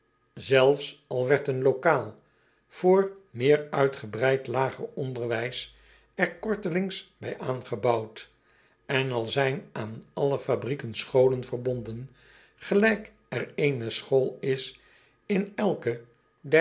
zelfs al werd een locaal voor onderwijs er kortelings bij aangebouwd en al zijn aan alle fabrieken scholen verbonden gelijk er eene school is in elke